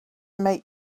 make